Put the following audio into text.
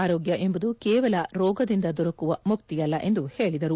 ಆರೋಗ್ಯ ಎಂಬುದು ಕೇವಲ ರೋಗದಿಂದ ದೊರಕುವ ಮುಕ್ತಿಯಲ್ಲ ಎಂದು ಹೇಳಿದರು